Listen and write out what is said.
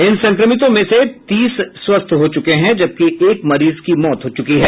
इन संक्रमितों में से तीस स्वस्थ हो चुके हैं जबकि एक मरीज की मौत हो चुकी है